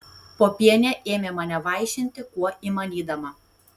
popienė ėmė mane vaišinti kuo įmanydama